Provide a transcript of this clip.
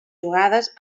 jugades